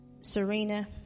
Serena